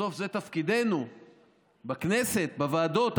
בסוף זה תפקידנו בכנסת, בוועדות.